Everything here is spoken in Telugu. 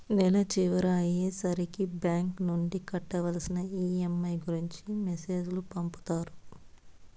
నెల చివర అయ్యే సరికి బ్యాంక్ నుండి కట్టవలసిన ఈ.ఎం.ఐ గురించి మెసేజ్ లు పంపుతారు